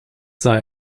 sei